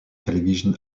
television